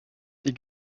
die